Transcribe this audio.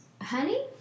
honey